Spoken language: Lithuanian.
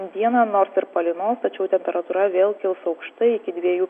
dieną nors ir palynos tačiau temperatūra vėl kils aukštai iki dviejų